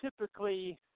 typically